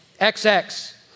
XX